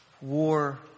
war